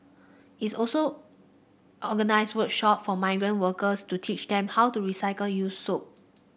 it also organises workshop for migrant workers to teach them how to recycle used soap